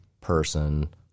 person